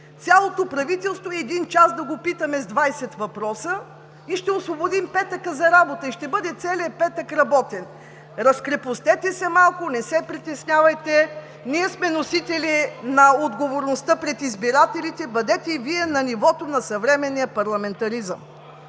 цялото правителство един час да го питаме с 20 въпроса и ще освободим петъка за работа. Целият петък ще бъде работен. Разкрепостете се малко, не се притеснявайте. Ние сме носители на отговорността пред избирателите. Бъдете и Вие на нивото на съвременния парламентаризъм.